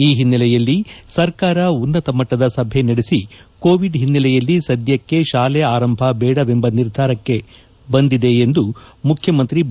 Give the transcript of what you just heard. ಈ ಹಿನ್ನೆಲೆಯಲ್ಲಿ ಸರ್ಕಾರ ಉನ್ನತ ಮಟ್ಟದ ಸಭೆ ನಡೆಸಿ ಕೋವಿಡ್ ಹಿನ್ನೆಲೆಯಲ್ಲಿ ಸದ್ಯಕ್ಕೆ ಶಾಲೆ ಆರಂಭ ಬೇಡವೆಂಬ ನಿರ್ಧಾರಕ್ಕೆ ಬಂದಿದೆ ಎಂದು ಮುಖ್ಯಮಂತ್ರಿ ಬಿ